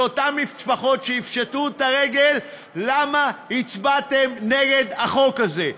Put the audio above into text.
לאותן משפחות שיפשטו את הרגל למה הצבעתם נגד החוק הזה.